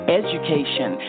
education